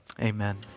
amen